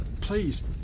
Please